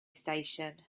station